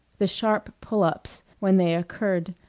the sharp pull-ups, when they occurred,